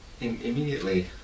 Immediately